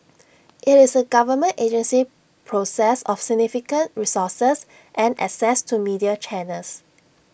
IT is A government agency possessed of significant resources and access to media channels